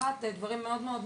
דברים מאוד מאוד נכונים,